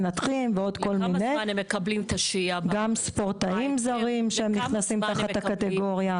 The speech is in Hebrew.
מנתחים גם ספורטאים זרים שנכנסים תחת הקטגוריה.